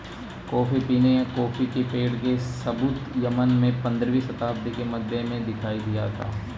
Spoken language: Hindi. कॉफी पीने या कॉफी के पेड़ के सबूत यमन में पंद्रहवी शताब्दी के मध्य में दिखाई दिया था